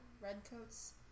Redcoats